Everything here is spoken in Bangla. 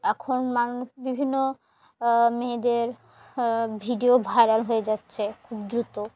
এখন মান বিভিন্ন মেয়েদের ভিডিও ভাইরাল হয়ে যাচ্ছে খুব দ্রুত